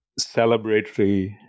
celebratory